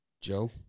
Joe